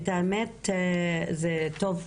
זה טוב,